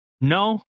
No